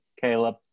caleb